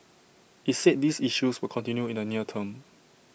IT said these issues would continue in the near term